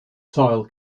soil